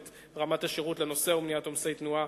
ומאידך יעלה את רמת השירות לנוסע וימנע עומסי תנועה